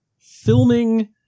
filming